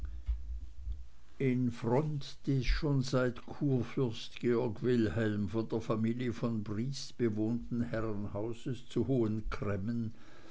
in front des schon seit kurfürst georg wilhelm von der familie von briest bewohnten herrenhauses zu